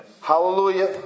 Hallelujah